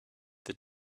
the